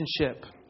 relationship